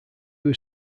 was